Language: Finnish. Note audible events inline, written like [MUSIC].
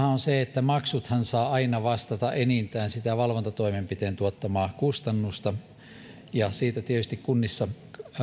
[UNINTELLIGIBLE] on se että maksuthan saavat aina vastata enintään sitä valvontatoimenpiteen tuottamaa kustannusta ja tietysti kunnissa